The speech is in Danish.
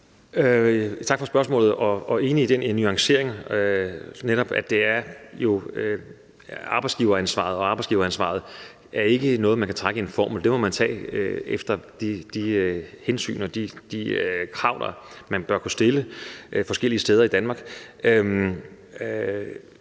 at det jo netop er arbejdsgiveransvaret, og at arbejdsgiveransvaret jo netop ikke er noget, man kan skrive på en formel. Det må man tage efter de hensyn og de krav, man bør kunne stille forskellige steder i Danmark.